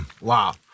wow